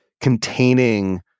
containing